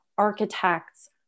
architects